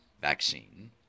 vaccine